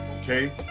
okay